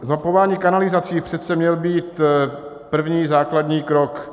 Zmapování kanalizací přece měl být první základní krok.